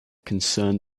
concerned